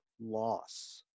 loss